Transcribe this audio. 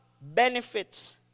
benefits